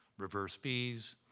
reverse b's.